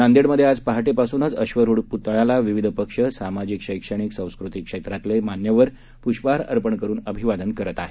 नांदेडमधे आज पहाटेपासूनच अश्वरूढ प्तळ्याला विविध पक्ष सामाजिक शैक्षणिक सांस्कृतिक क्षेत्रातले मान्यवर पुष्पहार अर्पण करून अभिवादन करत आहेत